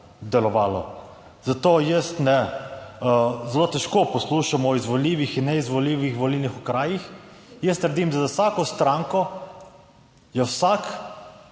delovalo. Zato jaz zelo težko poslušam o izvoljivih in neizvoljivih volilnih okrajih. Jaz trdim, da za vsako stranko je vsak